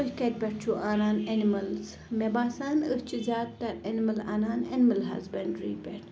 تُہۍ کَتہِ پٮ۪ٹھ چھُو اَنان ایٚنِمٕلٕز مےٚ باسان أسۍ چھِ زیادٕ تَر ایٚنمٕل اَنان ایٚنمٕل ہَسبَنٛڈرٛی پٮ۪ٹھ